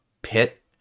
pit